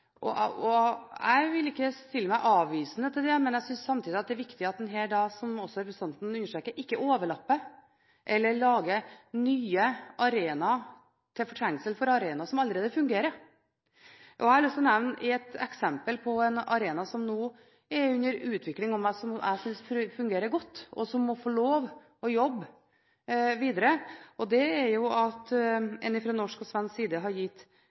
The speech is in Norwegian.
Jeg vil ikke stille meg avvisende til det, men jeg synes samtidig det er viktig at en da, som representanten også understreker, ikke overlapper eller lager nye arenaer til fortrengsel for arenaer som allerede fungerer. Jeg har lyst til å nevne et eksempel på en arena som nå er under utvikling, som jeg synes fungerer godt, og som må få lov å jobbe videre. Det er at en fra norsk og svensk side har gitt